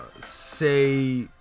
say